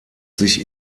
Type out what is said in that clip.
sich